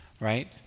Right